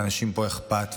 לאנשים פה אכפת,